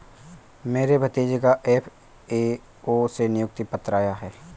मेरे भतीजे का एफ.ए.ओ से नियुक्ति पत्र आया है